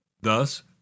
Thus